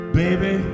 baby